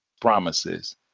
promises